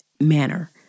manner